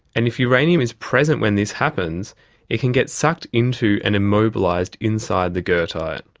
and if uranium is present when this happens it can get sucked into and immobilised inside the goethite.